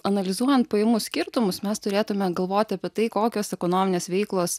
analizuojant pajamų skirtumus mes turėtume galvoti apie tai kokios ekonominės veiklos